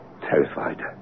terrified